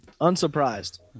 Unsurprised